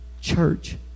church